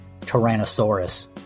Tyrannosaurus